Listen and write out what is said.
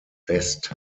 west